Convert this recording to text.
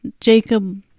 Jacob